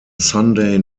sunday